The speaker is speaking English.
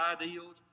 ideals